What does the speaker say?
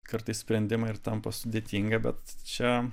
kartais sprendimai ir tampa sudėtinga bet čia